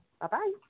Bye-bye